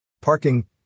Parking